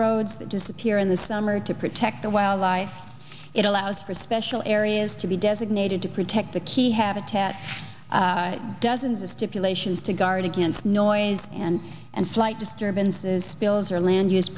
that disappear in the summer to protect the wildlife it allows for special areas to be designated to protect the key habitat dozens of tips elations to guard against noise and and flight disturbances spills or land use